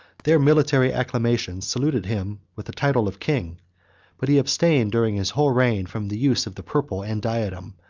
their military acclamations saluted him with the title of king but he abstained, during his whole reign, from the use of the purple and diadem,